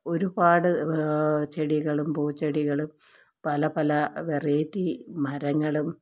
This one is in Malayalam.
ഒരുപാട് ചെടികളും പൂച്ചെടികളും പല പല വെറൈറ്റി മരങ്ങളും